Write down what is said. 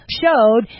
showed